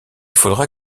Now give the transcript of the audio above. faudra